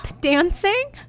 dancing